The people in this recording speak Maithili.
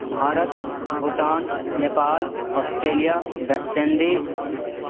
Bharat Bhutan Nepal Australia West Indies